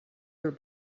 were